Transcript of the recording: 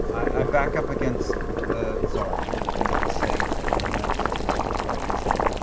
i back up against zahra, and i say to everyone else, because and she's right next to me,